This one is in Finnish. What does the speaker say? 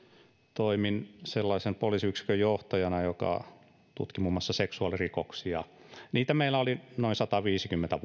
toimin sellaisen poliisiyksikön johtajana joka tutki muun muassa seksuaalirikoksia niitä meillä oli vuodessa noin sataviisikymmentä